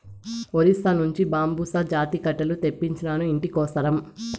ఒరిస్సా నుంచి బాంబుసా జాతి కట్టెలు తెప్పించినాను, ఇంటి కోసరం